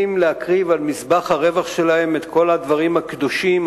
להקריב על מזבח הרווח שלהם את כל הדברים הקדושים,